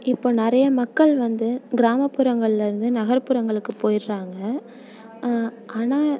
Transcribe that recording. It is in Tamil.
இப்போது நிறைய மக்கள் வந்து கிராமப்புறங்களில் இருந்து நகர்புறங்களுக்கு போயிடறாங்க ஆனால்